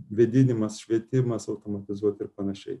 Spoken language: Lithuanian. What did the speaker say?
vėdinimas švietimas automatizuoti ir panašiai